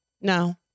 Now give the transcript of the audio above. No